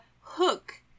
hook